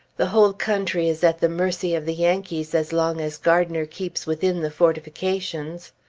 the whole country is at the mercy of the yankees as long as gardiner keeps within the fortifications.